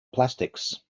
plastics